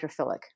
hydrophilic